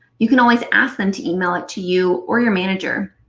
you can always ask them to email it to you or your manager.